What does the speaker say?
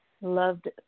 loved